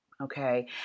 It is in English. okay